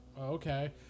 Okay